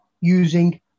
using